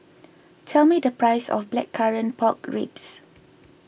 tell me the price of Blackcurrant Pork Ribs